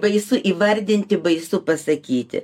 baisu įvardinti baisu pasakyti